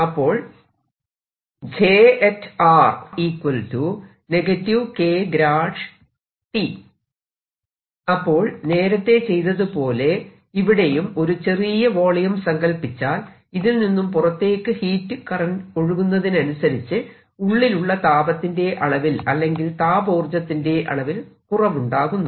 അപ്പോൾ അപ്പോൾ നേരത്തെ ചെയ്തതുപോലെ ഇവിടെയും ഒരു ചെറിയ വോളിയം സങ്കല്പിച്ചാൽ ഇതിൽ നിന്നും പുറത്തേക്ക് ഹീറ്റ് കറന്റ് ഒഴുകുന്നതിനനുസരിച്ച് ഉള്ളിലുള്ള താപത്തിന്റെ അളവിൽ അല്ലെങ്കിൽ താപോർജ്ജത്തിന്റെ അളവിൽ കുറവുണ്ടാകുന്നു